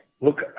look